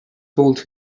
told